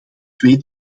twee